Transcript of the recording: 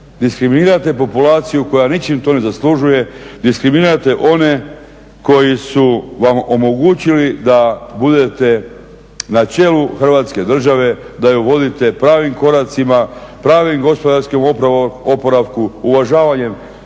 diskriminirate populaciju koja ničim to ne zaslužuje, diskriminirate one koji su vam omogućili da budete na čelu Hrvatske države, da ju vodite pravim koracima, pravim gospodarskim oporavku, uvažavanjem